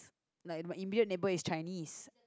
like my inbuilt neighbour is Chinese